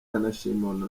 yanashimiye